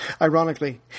Ironically